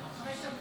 חמש דקות.